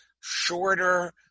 shorter